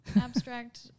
Abstract